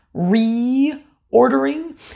reordering